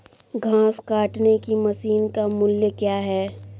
घास काटने की मशीन का मूल्य क्या है?